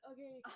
Okay